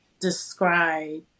describe